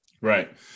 Right